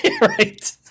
Right